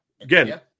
Again